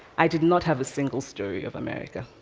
i did not have a single story of america.